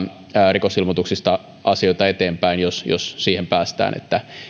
rikosilmoituksista asioita eteenpäin jos jos siihen päästään